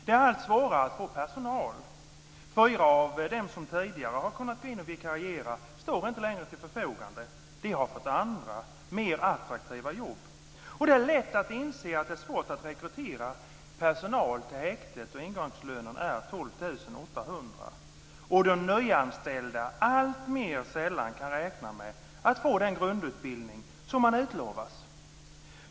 Det är allt svårare att få personal. Fyra av dem som tidigare har kunnat gå in och vikariera står inte längre till förfogande. De har fått andra, mer attraktiva jobb. Det är lätt att inse att det är svårt att rekrytera personal till häktet då ingångslönen är 12 800 och då nyanställda alltmer sällan kan räkna med att få den grundutbildning som de utlovas.